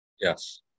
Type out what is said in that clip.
Yes